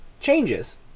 changes